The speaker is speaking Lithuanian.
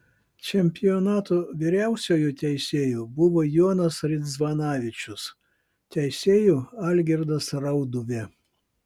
čempionato vyriausiuoju teisėju buvo jonas ridzvanavičius teisėju algirdas rauduvė